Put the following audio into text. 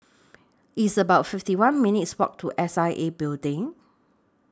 It's about fifty one minutes' Walk to S I A Building